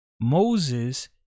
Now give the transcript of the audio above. Moses